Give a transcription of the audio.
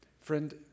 Friend